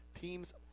team's